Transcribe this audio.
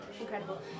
incredible